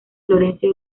florencio